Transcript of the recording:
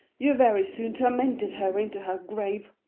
you very soon tormented her into her grave.